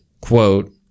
quote